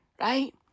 right